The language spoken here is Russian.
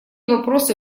вопросы